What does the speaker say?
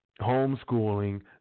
Homeschooling